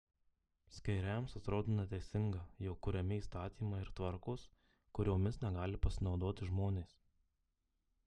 skeiriams atrodo neteisinga jog kuriami įstatymai ir tvarkos kuriomis negali pasinaudoti žmonės